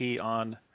on